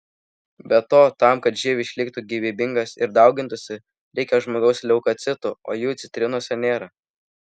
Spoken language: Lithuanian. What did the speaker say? be to tam kad živ išliktų gyvybingas ir daugintųsi reikia žmogaus leukocitų o jų citrinose nėra